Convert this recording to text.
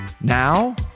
Now